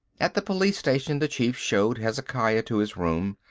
at the police station the chief showed hezekiah to his room.